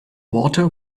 water